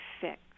fixed